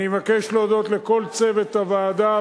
אני מבקש להודות לכל צוות הוועדה.